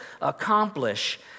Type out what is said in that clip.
accomplish